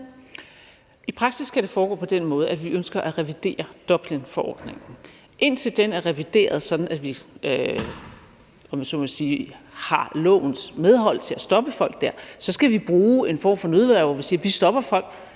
I praksis skal det foregå på den måde, at vi ønsker at revidere Dublinforordningen. Indtil den er revideret, sådan at vi, om jeg så må sige, har medhold i loven til at stoppe folk der, så skal vi bruge en form for nødværge og sige: Vi stopper folk,